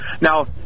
Now